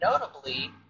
notably